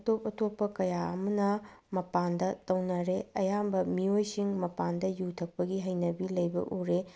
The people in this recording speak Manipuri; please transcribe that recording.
ꯑꯇꯣꯞ ꯑꯇꯣꯞꯄ ꯀꯌꯥ ꯑꯃꯅ ꯃꯄꯥꯟꯗ ꯇꯧꯅꯔꯦ ꯑꯌꯥꯝꯕ ꯃꯤꯑꯣꯏꯁꯤꯡ ꯃꯄꯥꯟꯗ ꯌꯨ ꯊꯛꯄꯒꯤ ꯍꯩꯅꯕꯤ ꯂꯩꯕ ꯎꯔꯦ